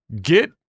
Get